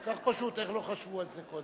כל כך פשוט, איך לא חשבו על זה קודם?